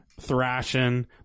thrashing